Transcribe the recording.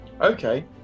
Okay